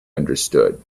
understood